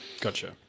Gotcha